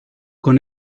con